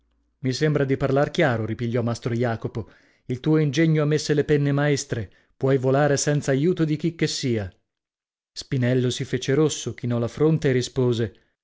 mi sembra di parlar chiaro ripigliò mastro jacopo il tuo ingegno ha messe le penne maestre puoi volare senza aiuto di chicchessia spinello si fece rosso chinò la fronte e rispose